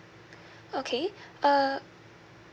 okay uh